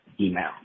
email